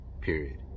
Period